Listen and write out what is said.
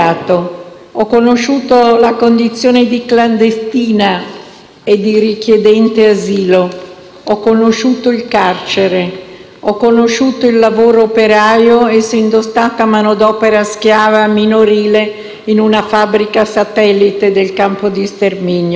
Ho conosciuto la condizione di clandestina e di richiedente asilo; ho conosciuto il carcere; ho conosciuto il lavoro operaio, essendo stata manodopera schiava minorile in una fabbrica satellite del campo di sterminio.